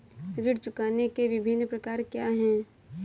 ऋण चुकाने के विभिन्न प्रकार क्या हैं?